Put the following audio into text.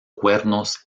cuernos